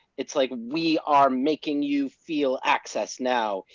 it's like, we are making you feel access now,